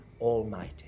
Almighty